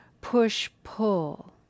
push-pull